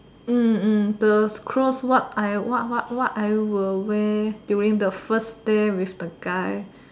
mm mm the clothes what I what what what I will wear during the first day with the guy